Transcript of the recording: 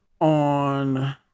on